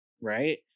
right